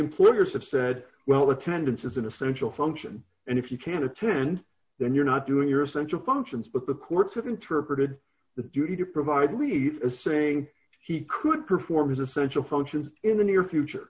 employers have said well attendance is an essential function and if you can't attend then you're not doing your essential functions but the courts interpreted the duty to provide me as saying he could perform his essential functions in the near future